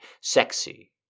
sexy